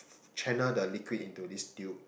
channel the liquid into this tube